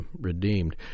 redeemed